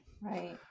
right